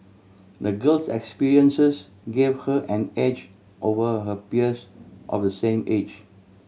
the girl's experiences gave her an edge over her peers of the same age